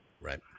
Right